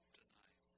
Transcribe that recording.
tonight